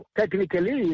technically